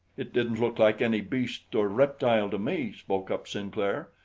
it didn't look like any beast or reptile to me, spoke up sinclair.